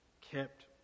kept